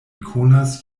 konas